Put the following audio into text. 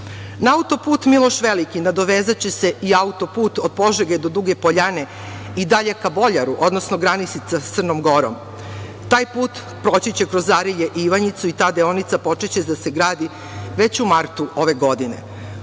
autoput Miloš Veliki nadovezaće se i autoput od Požege do Duge Poljane i dalje ka Boljaru, odnosno granici sa Crnom Gorom. Taj put proći će kroz Arilje i Ivanjicu i ta deonica počeće da se gradi već u martu ove godine.